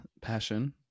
passion